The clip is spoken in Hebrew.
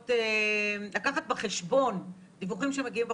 לקחת בחשבון דיווחים שמגיעים מבחוץ,